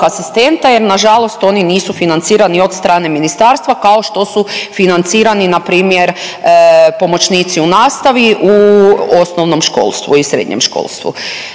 asistenta jer na žalost oni nisu financirani od strane ministarstva kao što su financirani na primjer pomoćnici u nastavi u osnovnom školstvu i srednjem školstvu.